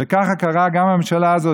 וכך קרה גם לממשלה הזאת,